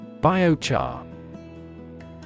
Biochar